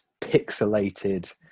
pixelated